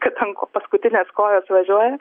kad ant paskutinės kojos važiuoja